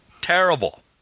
Terrible